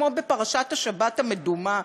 כמו בפרשת השבת המדומה,